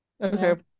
okay